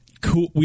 Cool